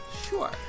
Sure